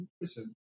listen